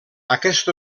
aquest